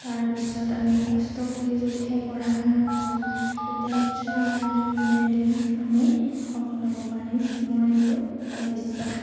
তাৰপিছত আমি কষ্ট কৰি যদিহে পঢ়া শুনা কৰোঁ তেতিয়া নিশ্চয় আমাৰ এদিন নহয় এদিন আমি সফল হ'ব পাৰিম মোৰ এইটো এটা বিশ্বাস